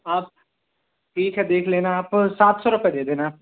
आप ठीक है देख लेना आप अ सात सौ रुपए दे देना